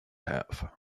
have